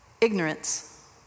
ignorance